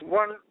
one